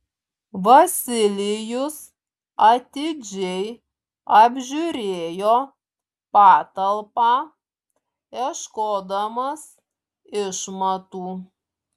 vasilijus atidžiai apžiūrėjo patalpą ieškodamas išmatų